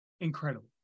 incredible